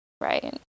Right